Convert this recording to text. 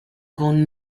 con